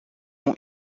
nom